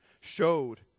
showed